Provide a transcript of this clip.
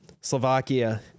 Slovakia